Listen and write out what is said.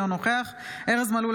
אינו נוכח ארז מלול,